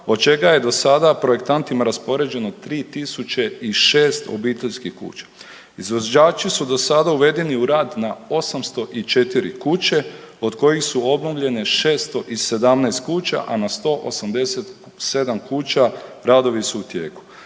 od čega je do sada projektantima raspoređeno 3006 obiteljskih kuća. Izvođači su do sada uvedeni u rad na 804 kuće od kojih su obnovljene 617 kuća, a na 187 kuća radovi su u tijeku.